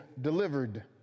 delivered